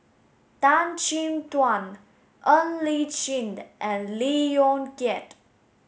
Tan Chin Tuan Ng Li Chin the and Lee Yong Kiat